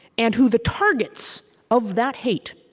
and who the targets of that hate